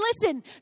listen